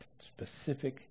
specific